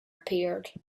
appeared